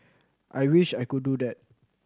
I wish I could do that